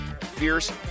Fierce